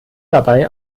dabei